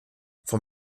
von